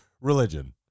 religion